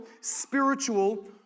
spiritual